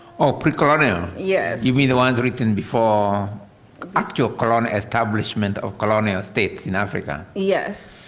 oh, pre-colonial. yes. you mean, the ones written before actual colonial establishment of colonial states in africa? yes.